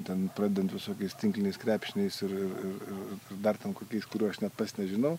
ten pradedant visokiais tinkliniais krepšininkais ir ir ir dar ten kokiais kurių aš net pats nežinau